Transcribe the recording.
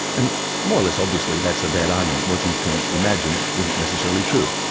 and more or less obviously that's a bad argument what you can imagine isn't necessarily true,